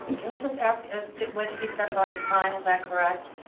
can i just ask, ah did what he said about his crime is that correct?